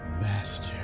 Master